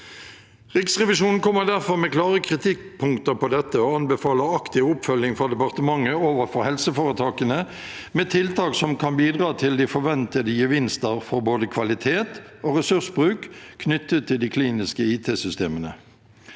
Riksrevisjonen kommer derfor med klare kritikkpunkter på dette og anbefaler aktiv oppfølging fra departementet overfor helseforetakene, med tiltak som kan bidra til de forventede gevinster for både kvalitet og ressursbruk knyttet til de kliniske IT-systemene.